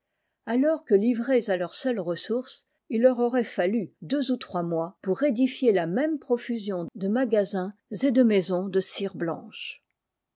alors que livrées à leurs seules ressources il leur aurait fallu deux ou trois mois pour édifier la même profusion de magasins et de maisons de cire blanche